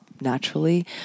naturally